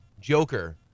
Joker